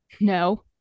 no